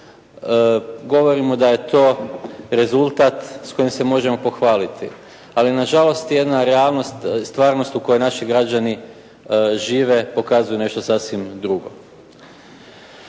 Govorimo da je to rezultat s kojim se možemo pohvaliti. Ali nažalost jedna realnost, stvarnost u kojoj naši građani žive pokazuje nešto sasvim drugo.